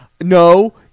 No